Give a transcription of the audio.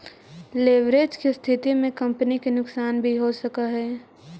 leverage के स्थिति में कंपनी के नुकसान भी हो सकऽ हई